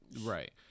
Right